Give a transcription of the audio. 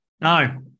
No